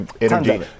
energy